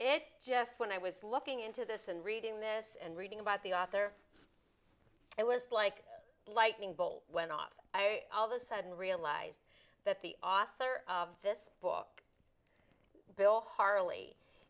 it's just when i was looking into this and reading this and reading about the author it was like lightning bolt went off i all the sudden realized that the author of this book bill harley